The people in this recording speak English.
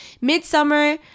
Midsummer